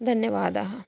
धन्यवादाः